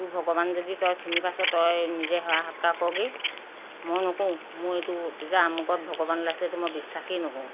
তোৰ ভগৱান যদি তই চিনি পাইছোঁ তই নিজে সেৱা সৎকাৰ কৰগৈ মই নকৰো মোৰ এইটো যে আমুকত ভগৱান ওলাইছে এইটো মই বিশ্বাসেই নকৰো